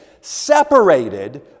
separated